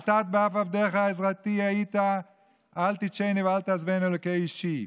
"אל תט באף עבדך עזרתי היית אל תטשני ואל תעזבני אלהי ישעי.